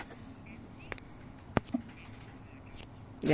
ya